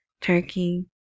Turkey